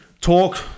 talk